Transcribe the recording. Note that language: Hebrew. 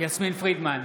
יסמין פרידמן,